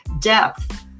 depth